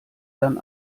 dann